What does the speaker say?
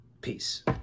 Peace